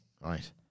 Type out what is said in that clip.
right